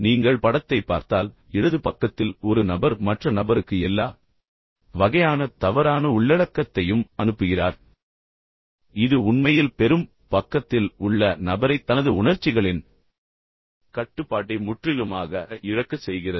நீங்கள் படத்தைப் பார்த்தால் இடது பக்கத்தில் ஒரு நபர் மற்ற நபருக்கு எல்லா வகையான தவறான உள்ளடக்கத்தையும் அனுப்புகிறார் இது உண்மையில் பெறும் பக்கத்தில் உள்ள நபரை தனது உணர்ச்சிகளின் கட்டுப்பாட்டை முற்றிலுமாக இழக்கச் செய்கிறது